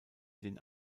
den